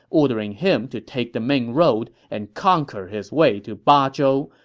ordering him to take the main road and conquer his way to bazhou,